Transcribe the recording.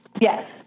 Yes